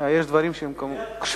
יש דברים שהם קשורים,